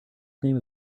name